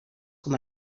com